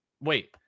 Wait